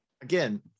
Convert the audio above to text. again